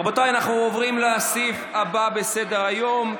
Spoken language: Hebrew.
רבותיי, אנחנו עוברים לסעיף הבא בסדר-היום,